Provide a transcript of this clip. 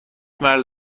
مرد